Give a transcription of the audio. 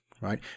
right